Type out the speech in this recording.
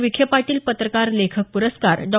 विखे पाटील पत्रकार लेखक पुरस्कार डॉ